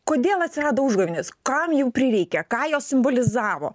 kodėl atsirado užgavėnės kam jų prireikė ką jos simbolizavo